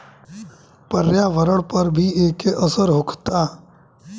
पर्यावरण पर भी एके असर होखता